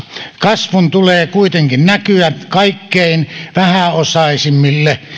kasvun tulee kuitenkin näkyä kaikkein vähäosaisimmille